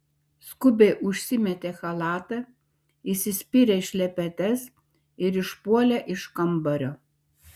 skubiai užsimetė chalatą įsispyrė į šlepetes ir išpuolė iš kambario